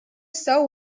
saw